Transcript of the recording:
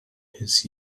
his